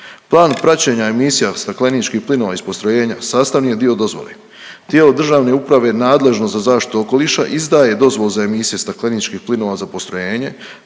Plan praćenja emisija stakleničkih plinova iz postrojenja sastavi je dio dozvole. Tijelo državne uprave nadležno za zaštitu okoliša izdaje dozvolu za emisije stakleničkih plinova za postrojenje,